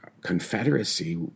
confederacy